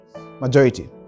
Majority